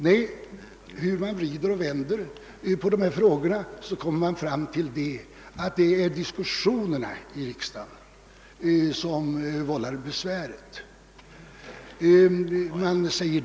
Hur man än vrider och vänder på dessa frågor kommer man fram till det resultatet, att det är överläggningarna i riksdagen som vållar besvärligheterna.